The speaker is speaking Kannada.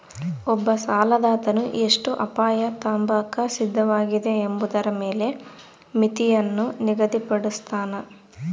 ಒಬ್ಬ ಸಾಲದಾತನು ಎಷ್ಟು ಅಪಾಯ ತಾಂಬಾಕ ಸಿದ್ಧವಾಗಿದೆ ಎಂಬುದರ ಮೇಲೆ ಮಿತಿಯನ್ನು ನಿಗದಿಪಡುಸ್ತನ